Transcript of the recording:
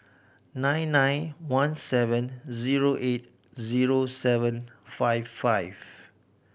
nine nine one seven zero eight zero seven five five